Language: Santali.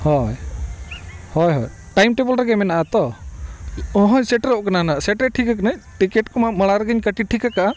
ᱦᱳᱭ ᱦᱳᱭ ᱦᱳᱭ ᱴᱟᱭᱤᱢ ᱴᱮᱵᱚᱞ ᱨᱮᱜᱮ ᱢᱮᱱᱟᱜᱼᱟᱛᱚ ᱦᱳᱭ ᱥᱮᱴᱮᱨᱚᱜ ᱠᱟᱱᱟ ᱱᱟᱜ ᱥᱮᱴᱮᱨ ᱴᱷᱤᱠ ᱠᱟᱹᱱᱟᱹᱧ ᱴᱤᱠᱮᱴ ᱠᱚᱢᱟ ᱢᱟᱲᱟᱝ ᱨᱮᱜᱮᱧ ᱠᱟᱹᱴᱤ ᱴᱷᱤᱠ ᱟᱠᱟᱜᱼᱟ